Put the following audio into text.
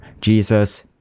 Jesus